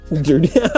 Dirty